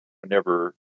whenever